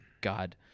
God